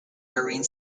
marine